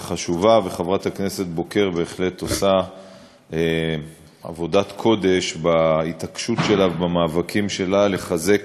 חברת הכנסת בוקר בהחלט עושה עבודת קודש בהתעקשות שלה ובמאבקים שלה לחזק